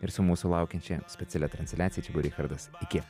ir su mūsų laukiančia specialia transliaciją čia buvo richardas iki